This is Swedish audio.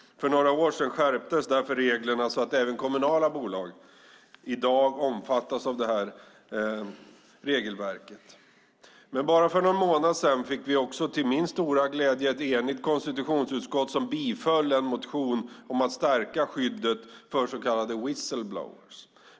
För några år sedan skärptes därför reglerna så att även kommunala bolag i dag omfattas av detta regelverk. För bara någon månad sedan fick vi dock till min stora glädje ett enigt konstitutionsutskott som biföll en motion om att stärka skyddet för så kallade whistleblowers.